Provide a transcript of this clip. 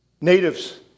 natives